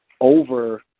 over